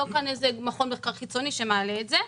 לא איזה מכון מחקר חיצוני שמעלה את זה.